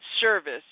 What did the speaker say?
service